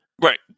Right